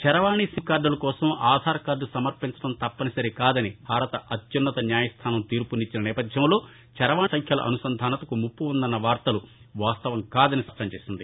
చరవాణి సిమ్ కార్టుల కోసం ఆధార్ కార్దు సమర్పించడం తప్పనిసరి కాదని భారత అత్యన్నత న్యాయస్టానం తీర్పునిచ్చిన నేపథ్యంలో చరవాణి సంఖ్యల అనుసంధానతకు ముప్పు ఉందన్న వార్తలు వాస్తవం కాదని స్పష్టం చేసింది